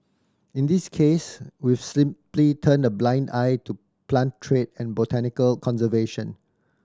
in this case we've simply turned a blind eye to plant trade and botanical conservation